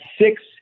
six